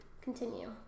Continue